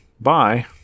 bye